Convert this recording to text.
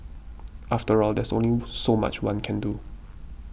after all there's only so much one can do